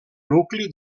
nucli